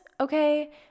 okay